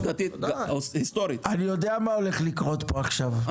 אני יודע מה הולך לקרות פה עכשיו,